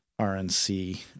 RNC